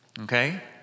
Okay